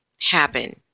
happen